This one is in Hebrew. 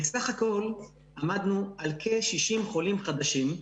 בסך הכול עמדנו על כ-60 חולים חדשים.